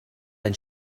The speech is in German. dein